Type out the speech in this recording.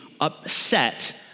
upset